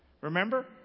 Remember